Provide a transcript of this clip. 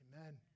Amen